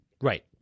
right